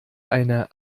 eine